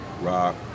rock